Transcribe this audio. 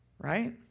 right